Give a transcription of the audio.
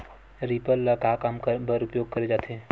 Reaper ल का काम बर उपयोग करे जाथे?